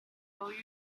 由于